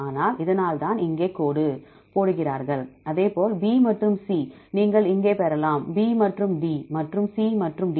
எனவே இதனால்தான் இங்கே கோடு போடுகிறார்கள் அதேபோல் B மற்றும் C நீங்கள் இங்கே பெறலாம் B மற்றும் D மற்றும்C மற்றும் D